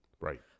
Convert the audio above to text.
Right